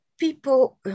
People